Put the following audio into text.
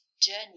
journey